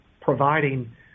providing